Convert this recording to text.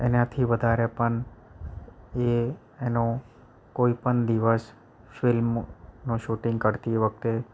એનાથી વધારે પણ એ એનો કોઈ પણ દિવસ ફિલ્મનું શૂટિંગ કરતી વખતે